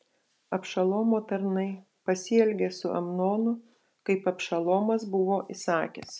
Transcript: abšalomo tarnai pasielgė su amnonu kaip abšalomas buvo įsakęs